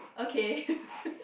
okay